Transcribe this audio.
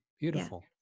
Beautiful